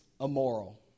immoral